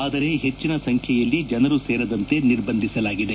ಆದರೆ ಹೆಚ್ಚಿನ ಸಂಖ್ಯೆಯಲ್ಲಿ ಜನರು ಸೇರದಂತೆ ನಿರ್ಬಂಧಿಸಲಾಗಿದೆ